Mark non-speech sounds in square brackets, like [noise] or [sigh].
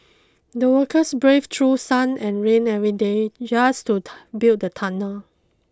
the workers braved through sun and rain every day just to [unintelligible] build the tunnel